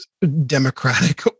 Democratic